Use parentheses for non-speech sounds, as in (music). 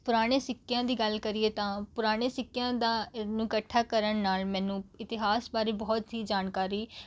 ਪੁਰਾਣੇ ਸਿੱਕਿਆਂ ਦੀ ਗੱਲ ਕਰੀਏ ਤਾਂ ਪੁਰਾਣੇ ਸਿੱਕਿਆਂ ਦਾ (unintelligible) ਇਕੱਠਾ ਕਰਨ ਨਾਲ ਮੈਨੂੰ ਇਤਿਹਾਸ ਬਾਰੇ ਬਹੁਤ ਹੀ ਜਾਣਕਾਰੀ